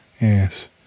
yes